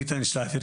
איתן שלייפר,